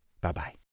Bye-bye